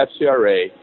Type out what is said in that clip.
FCRA